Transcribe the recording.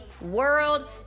world